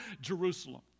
Jerusalem